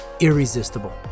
irresistible